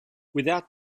without